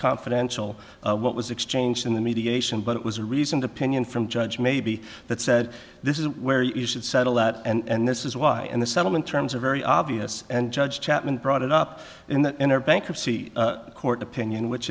confidential what was exchanged in the mediation but it was a reasoned opinion from judge maybe that said this is where you should settle out and this is why and the settlement terms are very obvious and judge chapman brought it up in the inner bankruptcy court opinion which